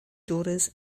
daughters